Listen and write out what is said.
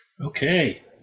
Okay